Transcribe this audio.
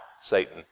Satan